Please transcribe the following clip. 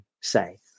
say